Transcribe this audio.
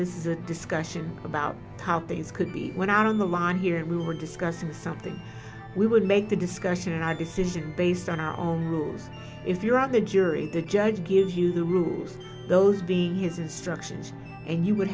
this is a discussion about how things could be when out on the line here and we were discussing something we would make the discussion and i decision based on our own rules if you're on the jury the judge gives you the rules those be his instructions and you would